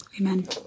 Amen